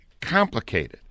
complicated